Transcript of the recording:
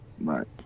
right